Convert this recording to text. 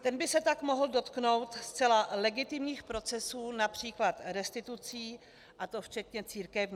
Ten by se tak mohl dotknout zcela legitimních procesů, například restitucí, a to včetně církevních.